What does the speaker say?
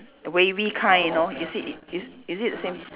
wavy kind you know is it is is it same